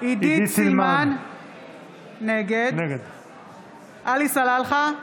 נגד עלי סלאלחה,